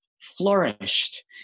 flourished